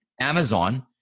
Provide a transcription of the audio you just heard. Amazon